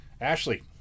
Ashley